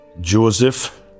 Joseph